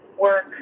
work